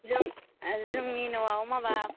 जोंनि न'आव माबा